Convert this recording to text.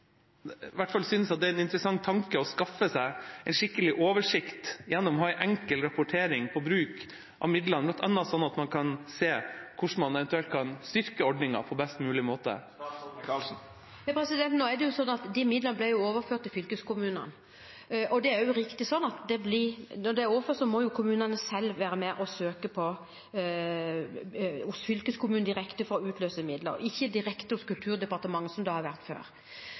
hvert fall synes at det er en interessant tanke å skaffe seg en skikkelig oversikt gjennom å ha en enkel rapportering for bruk av midlene, bl.a. sånn at man kan se hvordan man eventuelt kan styrke ordningen på best mulig måte? Nå er det sånn at de midlene ble overført til fylkeskommunene. Når de er overført, må kommunene selv være med og søke fylkeskommunen direkte for å utløse midler, og ikke Kulturdepartementet, slik det var før. Det igjen skal gi mangfold – det at hver kommune er unik på sin måte og legger opp sitt opplegg. Når vi nå har